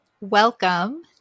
Welcome